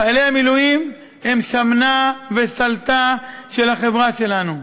חיילי המילואים הם שמנה וסולתה של החברה שלנו,